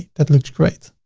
that looks great.